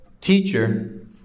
teacher